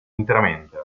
interamente